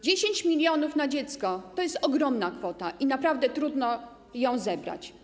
10 mln na dziecko to jest ogromna kwota i naprawdę trudno ją zebrać.